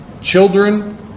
children